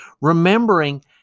Remembering